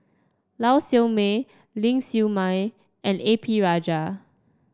Lau Siew Mei Ling Siew May and A P Rajah